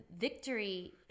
victory